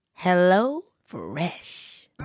HelloFresh